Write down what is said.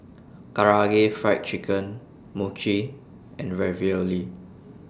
Karaage Fried Chicken Mochi and Ravioli